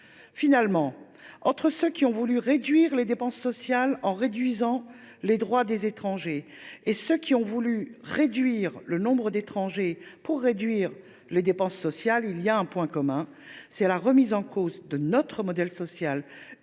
Finalement, entre ceux qui ont voulu réduire les dépenses sociales en limitant les droits des étrangers et ceux qui ont voulu réduire le nombre d’étrangers pour diminuer les dépenses sociales, il y a un point commun, à savoir la remise en cause de notre modèle social